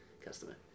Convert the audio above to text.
customer